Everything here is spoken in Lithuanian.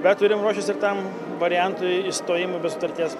bet turim ruoštis ir tam variantui išstojimo be sutarties